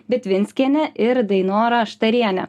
bitvinskiene ir dainora štariene